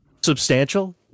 substantial